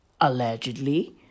allegedly